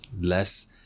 less